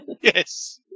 Yes